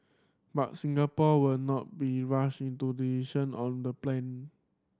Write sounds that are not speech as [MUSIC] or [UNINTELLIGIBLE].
but Singapore will not be rushed into [UNINTELLIGIBLE] decision on the plane